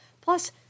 Plus